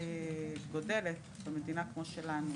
גדלה במדינה כמו שלנו,